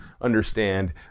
understand